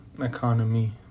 economy